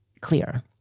clear